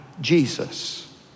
Jesus